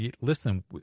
Listen